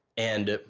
and,